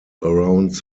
around